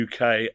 UK